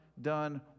done